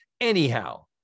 anyhow